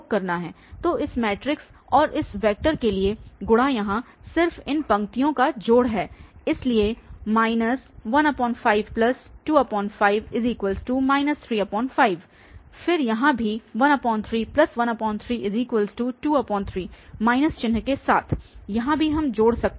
तो इस मैट्रिक्स और इस वेक्टर के लिए गुणा यहाँ सिर्फ इन पंक्तियों का जोड़ है इसलिए 1525 35 फिर यहाँ भी 131323 माइनस चिह्न के साथ यहाँ भी हम जोड़ सकते हैं